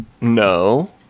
No